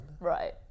Right